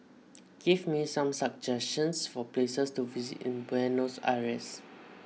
give me some suggestions for places to visit in Buenos Aires